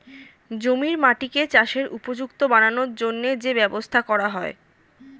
জমির মাটিকে চাষের উপযুক্ত বানানোর জন্যে যে ব্যবস্থা করা হয়